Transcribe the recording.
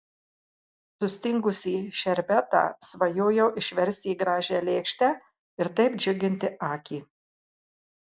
sustingusį šerbetą svajojau išversti į gražią lėkštę ir taip džiuginti akį